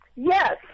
Yes